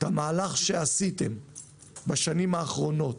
את המהלך שעשיתם בשנים האחרונות